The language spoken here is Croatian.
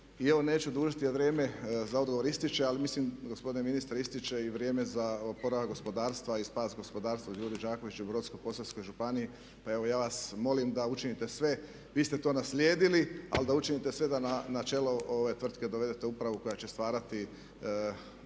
neću dužiti a vrijeme za odgovor ističe, ali mislim, gospodine ministre ističe i vrijeme za oporavak gospodarstva i spas gospodarstva Đure Đakovića u Brodsko-posavskoj županiji, pa evo ja vas molim da učinite sve. Vi ste to naslijedili ali da učinite sve da na čelo ove tvrtke dovedete upravu koja će stvarati